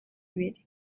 ibiri